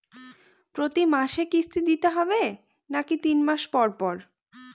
প্রতিমাসে কিস্তি দিতে হবে নাকি তিন মাস পর পর?